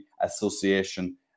Association